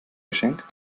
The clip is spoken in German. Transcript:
geschenk